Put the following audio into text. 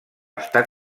estar